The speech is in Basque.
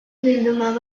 bilduma